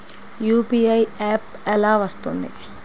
UPI app ఎలా వస్తుంది?